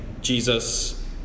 Jesus